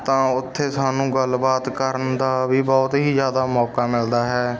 ਤਾਂ ਉੱਥੇ ਸਾਨੂੰ ਗੱਲਬਾਤ ਕਰਨ ਦਾ ਵੀ ਬਹੁਤ ਹੀ ਜ਼ਿਆਦਾ ਮੌਕਾ ਮਿਲਦਾ ਹੈ